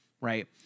right